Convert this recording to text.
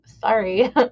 Sorry